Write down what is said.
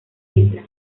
isla